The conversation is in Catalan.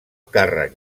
càrrec